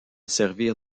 servir